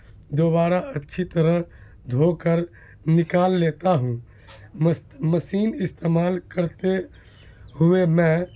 دوبارہ اچھی طرح دھو کر نکال لیتا ہوں مست مشین استعمال کرتے ہوئے میں